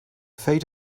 fate